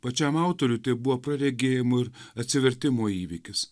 pačiam autoriui tai buvo praregėjimo ir atsivertimo įvykis